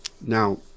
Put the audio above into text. Now